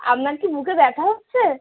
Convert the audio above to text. আপনার কি বুকে ব্যথা হচ্ছে